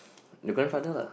your grandfather lah